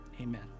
amen